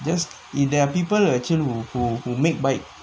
just in there are people who who who who make bike